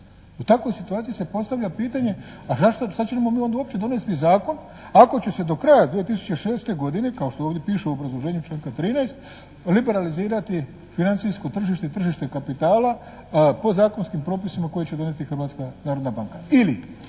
U takvoj situaciji se postavlja pitanje, a zašto, šta ćemo mi onda uopće donesti zakon ako će se do kraja 2006. godine kao što ovdje piše u obrazloženju članka 13. liberalizirati financijsko tržište i tržište kapitala podzakonskim propisima koji će donijeti Hrvatska narodna banka